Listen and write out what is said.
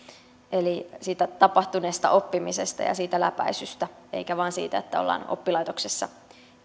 eli siitä tapahtuneesta oppimisesta ja siitä läpäisystä eikä vain siitä että ollaan oppilaitoksessa